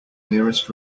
nearest